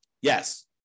Yes